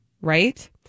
right